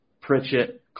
Pritchett